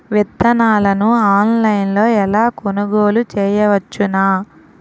విత్తనాలను ఆన్లైన్లో ఎలా కొనుగోలు చేయవచ్చున?